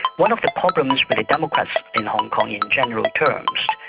one of the problems with the democrats in hong kong in general terms,